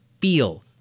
feel